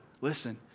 Listen